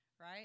Right